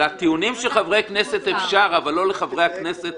לטיעונים של חברי הכנסת אפשר, אבל לא לחברי הכנסת